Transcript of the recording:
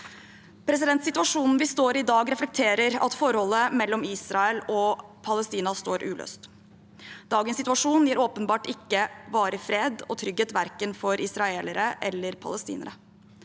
må sikres. Situasjonen vi står i i dag, reflekterer at forholdet mellom Israel og Palestina står uløst. Dagens situasjon gir åpenbart ikke varig fred og trygghet, verken for israelere eller for palestinere.